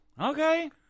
Okay